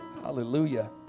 Hallelujah